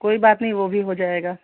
कोई बात नहीं वह भी हो जाएगा